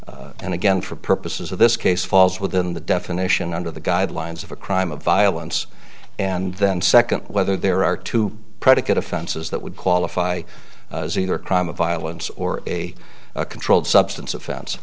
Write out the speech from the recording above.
offense and again for purposes of this case falls within the definition under the guidelines of a crime of violence and then second whether there are two predicate offenses that would qualify as either a crime of violence or a controlled substance offen